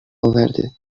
اورده